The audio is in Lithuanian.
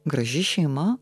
graži šeima